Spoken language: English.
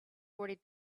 already